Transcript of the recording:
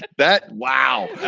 that. wow.